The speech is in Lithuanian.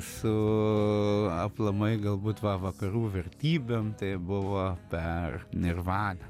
su aplamai galbūt va vakarų vertybėm tai buvo per nirvaną